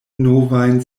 novajn